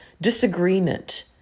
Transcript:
disagreement